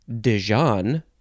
Dijon